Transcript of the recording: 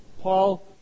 Paul